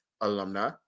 alumni